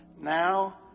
now